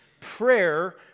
Prayer